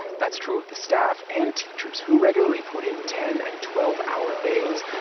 that's true of the staff and teachers, who regularly put in ten and twelve hour days.